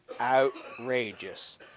outrageous